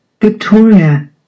Victoria